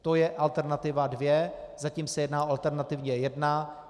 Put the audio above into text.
To je alternativa dvě, zatím se jedná o alternativě jedna.